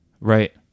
Right